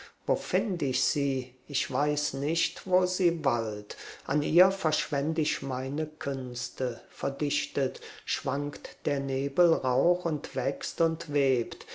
find ich sie ich weiß nicht wo sie wallt an ihr verschwend ich meine künste verdichtet schwankt der nebelrauch und wächst und webt